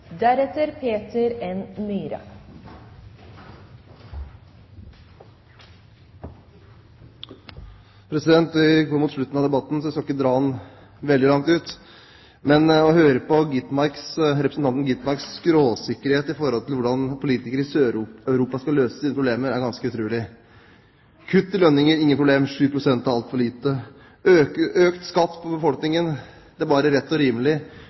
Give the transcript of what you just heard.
jeg skal ikke dra det veldig langt ut, men å høre på representanten Gitmarks skråsikkerhet om hvordan politikere i Sør-Europa skal løse sine problemer, er ganske utrolig: Kutt i lønninger ingen problem – 7 pst. er altfor lite. Økt skatt for befolkningen – det er bare rett og rimelig.